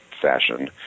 fashion